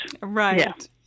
Right